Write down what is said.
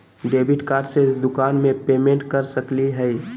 Debit card से दुकान में पेमेंट कर सकली हई?